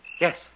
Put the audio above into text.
yes